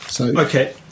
okay